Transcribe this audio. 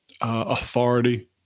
authority